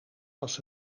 was